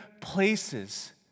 places